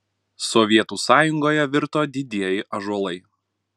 sovietų sąjungoje virto didieji ąžuolai